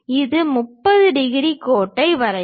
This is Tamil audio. இது 30 டிகிரி கோட்டை வரையவும்